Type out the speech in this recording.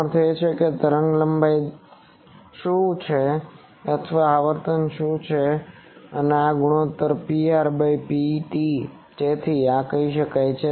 તેનો અર્થ એ કે તરંગલંબાઇ શું છે અથવા આવર્તન શું છે અને આ ગુણોત્તર Pr બાય Pt જેથી આ કરી શકાય